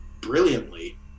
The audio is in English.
brilliantly